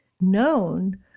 known